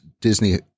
disney